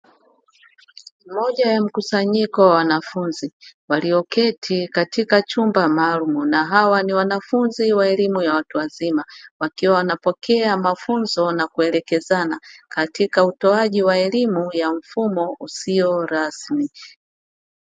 Moja ya mkusanyiko wa wanafunzi walioketi katika chumba maalumu, hawa ni wanafunzi wa elimu ya watu wazima wakiwa wanapokea mafunzo na kuelekezana katika utoaji wa elimu ya mfumo usio rasmi.